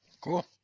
cool